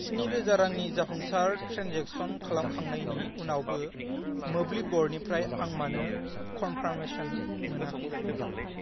स्नि रोजा रांनि जाफुंसार ट्रेन्जेकसन खालामखांनायनि उनावबो मोब्लिब ब'र्डनिफ्राय आं मानो कन्फार्मेसन मोनाखै